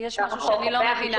יש פה משהו שאני לא מבינה.